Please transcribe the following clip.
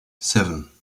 seven